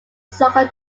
soccer